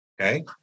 okay